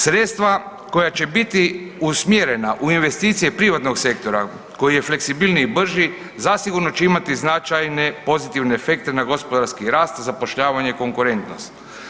Sredstva koja će biti usmjerena u investicije privatnog sektora, koji je fleksibilniji i brži, zasigurno će imati značajne pozitivne efekte na gospodarski rast, zapošljavanje, konkurentnost.